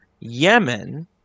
Yemen